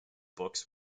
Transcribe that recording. books